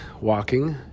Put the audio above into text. walking